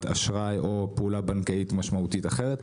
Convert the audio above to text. אשראי או עושה פעולה בנקאית משמעותית אחרת.